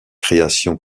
créations